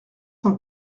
cent